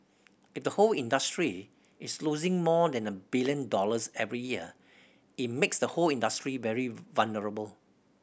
if the whole industry is losing more than a billion dollars every year it makes the whole industry very vulnerable